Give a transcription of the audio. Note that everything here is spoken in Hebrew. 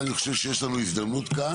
אני חושב שיש לנו הזדמנות כאן,